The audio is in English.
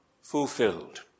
fulfilled